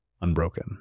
unbroken